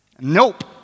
Nope